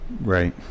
right